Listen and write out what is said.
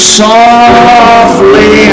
softly